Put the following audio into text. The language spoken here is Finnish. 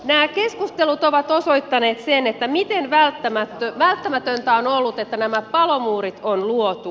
nämä keskustelut ovat osoittaneet sen miten välttämätöntä on ollut että nämä palomuurit on luotu